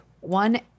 one